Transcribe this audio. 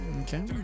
Okay